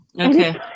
Okay